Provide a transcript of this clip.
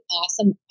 awesome